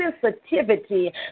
sensitivity